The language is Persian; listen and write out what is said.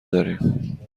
داریم